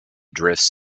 drifts